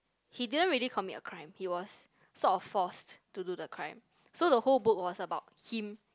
he didn't really commit a crime he was sort of forced to do the crime so the whole book was about him